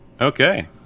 Okay